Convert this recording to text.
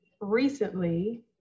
recently